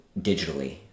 digitally